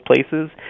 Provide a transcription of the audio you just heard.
places